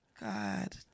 god